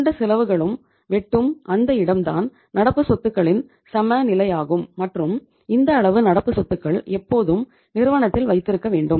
இரண்டு செலவுகளும் வெட்டும் அந்த இடம் தான் நடப்பு சொத்துக்களின் சம நிலையாகும் மற்றும் இந்த அளவு நடப்பு சொத்துக்கள் எப்போதும் நிறுவனத்தில் வைத்திருக்க வேண்டும்